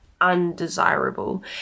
undesirable